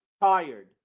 tired